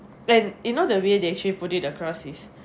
and you know the way they actually put it across is